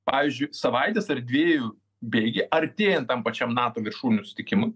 pavyzdžiui savaitės ar dviejų bėgyje artėjant tam pačiam nato viršūnių susitikimui